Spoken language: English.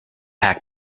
pack